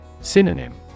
Synonym